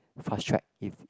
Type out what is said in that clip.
fast track if